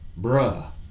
bruh